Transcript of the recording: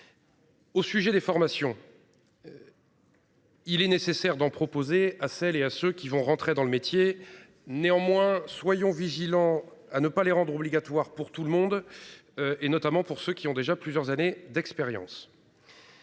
Au sujet des formations. Il est nécessaire d'en proposer à celles et à ceux qui vont rentrer dans le métier. Néanmoins, soyons vigilants à ne pas les rendre obligatoire pour tout le monde. Et notamment pour ceux qui ont déjà plusieurs années d'expérience.